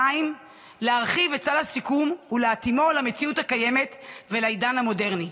2. להרחיב את סל השיקום ולהתאימו למציאות הקיימת ולעידן המודרני.